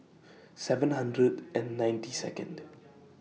seven hundred and ninety Second